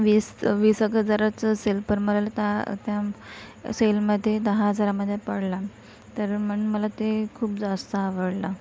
वीस वीसेक हजाराचा असेल पर मला ता त्या सेलमध्ये दहा हजारामध्ये पडला तर म्हणून मला ते खूप जास्त आवडला